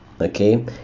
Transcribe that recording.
okay